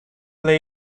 first